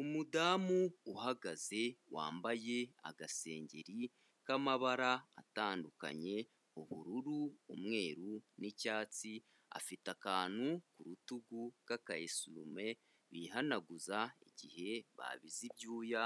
Umudamu uhagaze wambaye agasengeri k'amabara atandukanye, ubururu, umweru n'icyatsi, afite akantu ku rutugu k'aka esume bihanaguza igihe babize ibyuya,